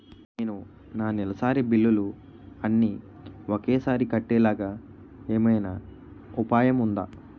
నేను నా నెలసరి బిల్లులు అన్ని ఒకేసారి కట్టేలాగా ఏమైనా ఉపాయం ఉందా?